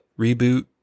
reboot